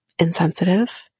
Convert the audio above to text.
Insensitive